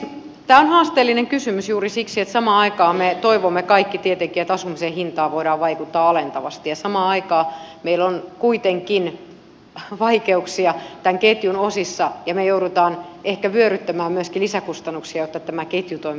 tämä on haasteellinen kysymys juuri siksi että me toivomme kaikki tietenkin että asumisen hintaan voidaan vaikuttaa alentavasti mutta samaan aikaan meillä on kuitenkin vaikeuksia tämän ketjun osissa ja me joudumme ehkä vyöryttämään myöskin lisäkustannuksia jotta tämä ketju toimisi paremmin